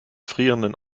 frierenden